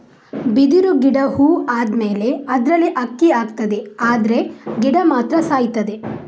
ಬಿದಿರು ಗಿಡ ಹೂ ಆದ್ಮೇಲೆ ಅದ್ರಲ್ಲಿ ಅಕ್ಕಿ ಆಗ್ತದೆ ಆದ್ರೆ ಗಿಡ ಮಾತ್ರ ಸಾಯ್ತದೆ